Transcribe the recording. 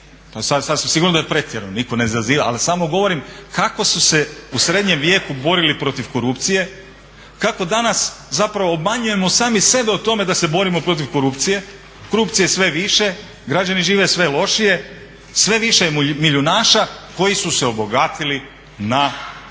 sasvim sigurno da je pretjerano, nitko ne izaziva. Ali samo govorim kako su se u srednjem vijeku borili protiv korupcije, kako danas zapravo obmanjujemo sami sebe o tome da se borimo protiv korupcije. Korupcije je sve više, građani žive sve lošije, sve više je milijunaša koji su se obogatili na korupciji,